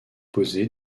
posée